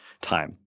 time